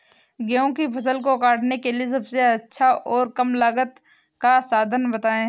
गेहूँ की फसल काटने के लिए सबसे अच्छा और कम लागत का साधन बताएं?